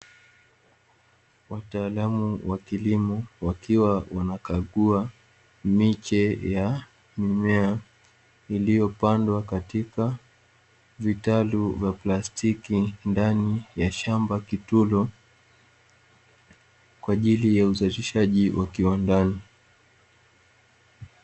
Wataalamu wa kilimo wakiwa wanakagua miche ya mimea iliyopandwa katika vitalu vya plastiki ndani ya shamba kitulo, kwa ajili ya uzalishaji wa kiwandani.